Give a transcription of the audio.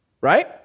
right